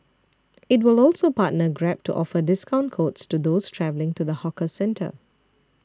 it will also partner Grab to offer discount codes to those travelling to the hawker centre